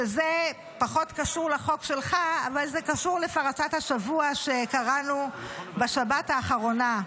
שזה פחות קשור לחוק שלך אבל זה קשור לפרשת השבוע שקראנו בשבת האחרונה.